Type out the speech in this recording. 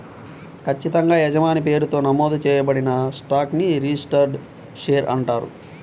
ఖచ్చితంగా యజమాని పేరుతో నమోదు చేయబడిన స్టాక్ ని రిజిస్టర్డ్ షేర్ అంటారు